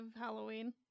Halloween